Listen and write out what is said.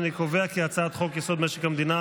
אני קובע כי הצעת חוק-יסוד: משק המדינה